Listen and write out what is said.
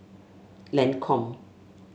Lancome